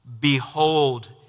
behold